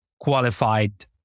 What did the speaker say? qualified